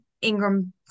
Ingram